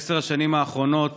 בעשר השנים האחרונות